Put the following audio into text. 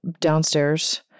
downstairs